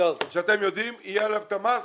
שאתם יודעים יהיה עליו את המס